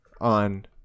On